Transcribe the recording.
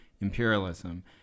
imperialism